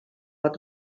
pot